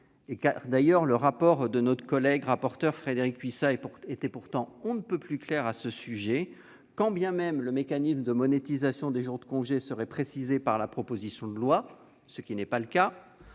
car le rapport de notre collègue rapporteur Frédérique Puissat était pourtant on ne peut plus clair à ce sujet : quand bien même le mécanisme de monétisation des jours de congé serait précisé par la proposition de loi, ce qui n'est pas le cas,